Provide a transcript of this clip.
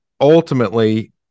ultimately